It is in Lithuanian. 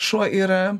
šuo yra